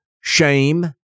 Shame